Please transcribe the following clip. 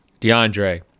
DeAndre